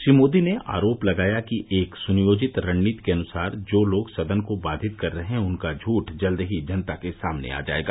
श्री मोदी ने आरोप लगाया कि एक सुनियोजित रणनीति के अनुसार जो लोग सदन को बाधित कर रहे हैं उनका झूठ जल्द ही जनता के सामने आ जाएगा